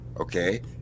okay